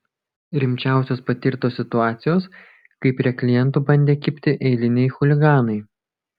rimčiausios patirtos situacijos kai prie klientų bandė kibti eiliniai chuliganai